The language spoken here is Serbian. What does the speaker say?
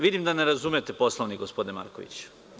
Vidim da ne razumete Poslovnik, gospodine Markoviću.